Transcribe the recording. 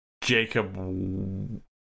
Jacob